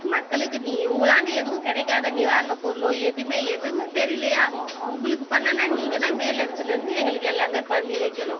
மக்களுக்கு நீ இவங்களாண்ட எதுவும் கிடைக்காத நிவாரணப் பொருளோ எதுவுமே எதுவுமே தெரியலையா உங்களுக்கு பண்ணன்னா நீங்கள் தான் மேல் இடத்துலேர்ந்து எங்களுக்கு எல்லாமே பண்ணி வைக்கணும்